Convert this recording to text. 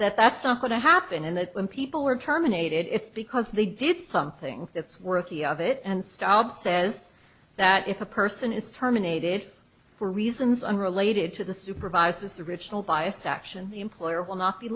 that's not going to happen and that when people were terminated it's because they did something that's worth the of it and stop says that if a person is terminated for reasons unrelated to the supervisor's original biased action the employer will not be